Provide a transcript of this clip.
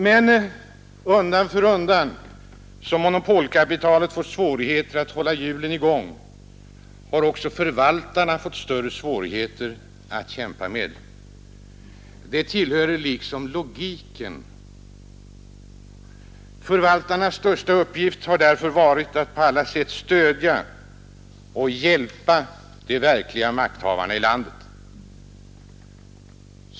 Men undan för undan som monopolkapitalet fått svårigheter att hålla hjulen i gång har också förvaltarna fått större svårigheter att kämpa med. Det tillhör liksom logiken. Förvaltarnas största uppgift har därför varit att på alla sätt stödja och hjälpa de verkliga makthavarna i landet.